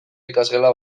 ikasgela